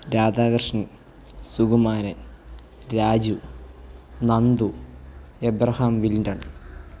Radhakrishnan Sukumaran Raju Nandu Abraham Winton